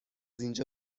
اینجا